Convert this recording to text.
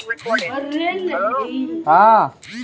सब्जियों का भंडारण कैसे करें?